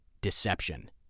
deception